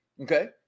Okay